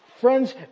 Friends